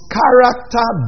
character